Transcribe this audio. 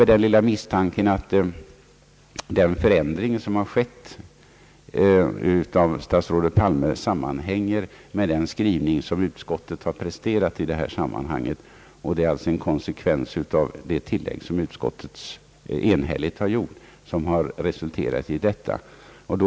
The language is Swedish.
Vi har den lilla misstanken att den förändring som gjorts av statsrådet Palme sammanhänger med den skrivning utskottet presterat i detta sammanhang. Det är alltså det tillägg utskottet enhälligt gjort som har resulterat i denna ändring.